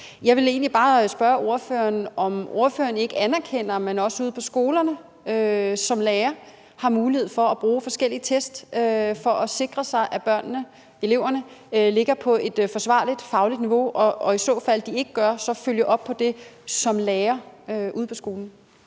Jeg vil bare spørge ordføreren, om ordføreren ikke anerkender, at man som lærer ude på skolerne har mulighed for at bruge forskellige test for at sikre sig, at eleverne ligger på et forsvarligt fagligt niveau, og at man, ifald de ikke gør, kan følge op på det som lærer ude på skolen.